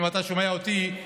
אם אתה שומע אותי,